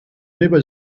meva